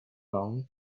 dawn